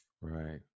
Right